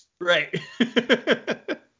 Right